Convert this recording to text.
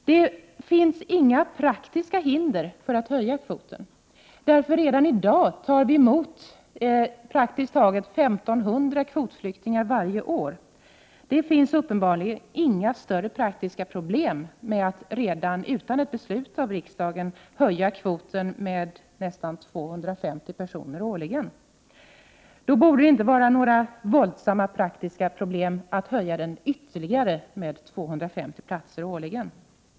Det finns inga praktiska hinder för att höja kvoten. Vi tar redan i dag emot praktiskt taget 1 500 kvotflyktingar varje år. Det finns uppenbarligen inga större praktiska problem med att, utan ett beslut av riksdagen, höja kvoten med nästan 250 personer årligen. Då borde det inte finnas några våldsamma praktiska problem att höja den med ytterligare 250 platser årligen.